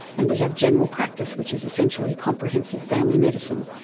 and we have general practice which is essentially comprehensive family medicine.